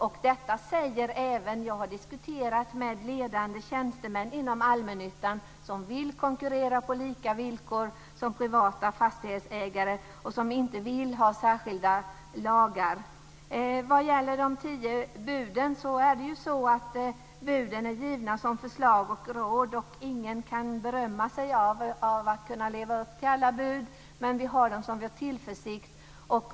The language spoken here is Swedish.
Jag har diskuterat med ledande tjänstemän inom allmännyttan som vill konkurrera på lika villkor som privata fastighetsägare och som inte vill ha särskilda lagar. De tio buden är givna som förslag och råd. Ingen kan berömma sig av att kunna leva upp till alla bud. Men vi har dem som en tillförsikt.